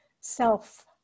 self